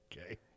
Okay